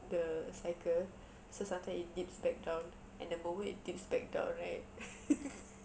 the cycle so sometimes it dips back down and the moment it dips back down right